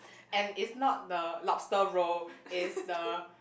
and is not the lobster roll is the